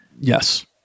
Yes